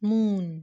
moon